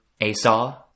ASAW